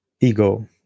ego